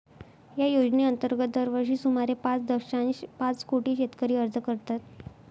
या योजनेअंतर्गत दरवर्षी सुमारे पाच दशांश पाच कोटी शेतकरी अर्ज करतात